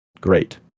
great